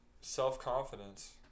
self-confidence